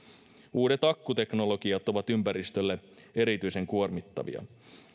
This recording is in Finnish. uudet akkuteknologiat ovat ympäristölle erityisen kuormittavia